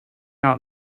out